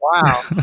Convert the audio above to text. Wow